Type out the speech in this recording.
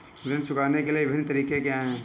ऋण चुकाने के विभिन्न तरीके क्या हैं?